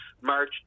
march